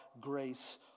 grace